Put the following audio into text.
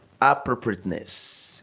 appropriateness